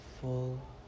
full